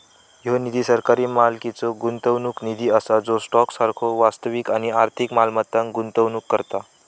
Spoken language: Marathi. ह्यो निधी सरकारी मालकीचो गुंतवणूक निधी असा जो स्टॉक सारखो वास्तविक आणि आर्थिक मालमत्तांत गुंतवणूक करता